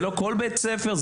זה לא כל בית ספר,